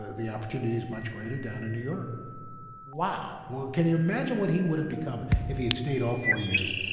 ah the opportunity is much greater down in new york wow wow can you imagine what he would've become if he had stayed all four years.